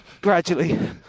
gradually